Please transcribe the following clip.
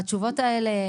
והתשובות האלה,